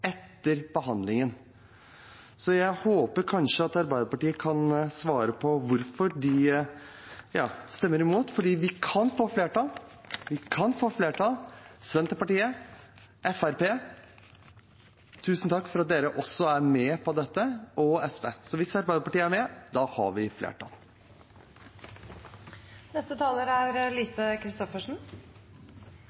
etter behandlingen. Jeg håper kanskje at Arbeiderpartiet kan svare på hvorfor de stemmer imot, for vi kan få flertall – vi kan få flertall. Senterpartiet og Fremskrittspartiet: Tusen takk for at dere også er med på dette – og SV. Så hvis Arbeiderpartiet er med, har vi